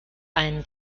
ein